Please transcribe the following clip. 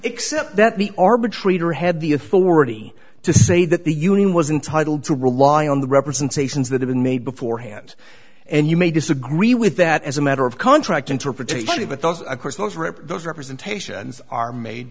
except that the arbitrator had the authority to say that the union was entitle to rely on the representations that have been made beforehand and you may disagree with that as a matter of contract interpretation but those those representations are made